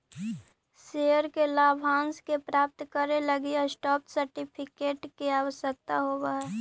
share के लाभांश के प्राप्त करे लगी स्टॉप सर्टिफिकेट के आवश्यकता होवऽ हइ